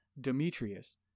Demetrius